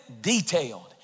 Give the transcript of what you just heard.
detailed